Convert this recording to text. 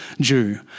Jew